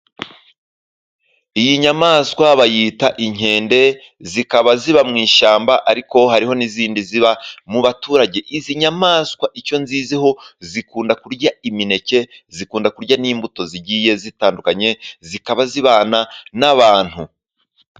Iyi nyamaswa bayita inkende, zikaba ziba mu ishyamba, ariko hariho n'izindi ziba mu baturage. Izi nyamaswa icyo nziziho, zikunda kurya imineke, zikunda kurya n'imbuto zigiye zitandukanye, zikaba zibana n'abantu.